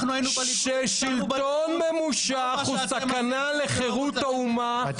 ששלטון ממושך הוא סכנה לחירות האומה ולמוסר בניה.